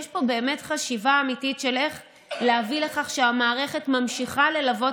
יש פה באמת חשיבה אמיתית של איך להביא לכך שהמערכת ממשיכה ללוות